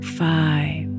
five